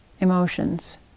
emotions